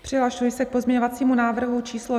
Přihlašuji se k pozměňovacímu návrhu číslo 6654.